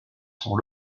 sont